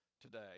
today